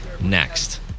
next